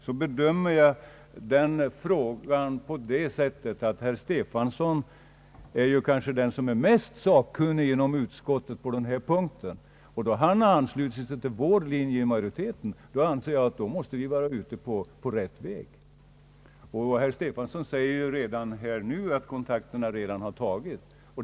Jag bedömer frågan på det sättet genom att herr Stefanson kanske är den mest sakkunnige inom utskottet på den här punkten, och då han anslutit sig till majoritetens linje måste vi vara inne på rätt väg. Herr Stefanson sade här att kontakter redan tagits.